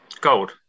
Gold